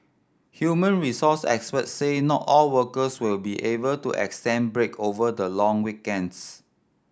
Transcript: human resource experts said not all workers will be able to extended break over the long weekends